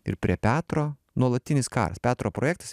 ir prie petro nuolatinis karas petro projektas